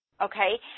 okay